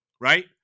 right